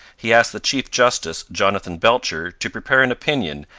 he asked the chief justice, jonathan belcher, to prepare an opinion,